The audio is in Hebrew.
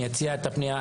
אני אציג את הפנייה.